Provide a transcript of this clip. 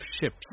ships